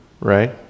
right